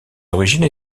origines